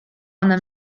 ona